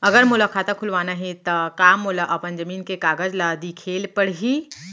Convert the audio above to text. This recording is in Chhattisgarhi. अगर मोला खाता खुलवाना हे त का मोला अपन जमीन के कागज ला दिखएल पढही?